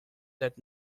that